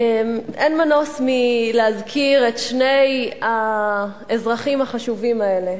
אין מנוס מלהזכיר את שני האזרחים החשובים האלה,